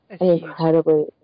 incredibly